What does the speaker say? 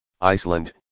Iceland